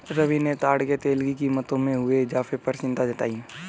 रवि ने ताड़ के तेल की कीमतों में हुए इजाफे पर चिंता जताई